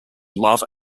love